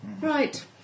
Right